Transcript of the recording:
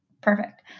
perfect